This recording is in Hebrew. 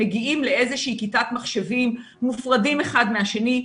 מגיעים לאיזה שהיא כיתת מחשבים מופרדים אחד מהשני,